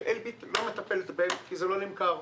שאלביט לא מטפלת בהם כי זה לא נמכר.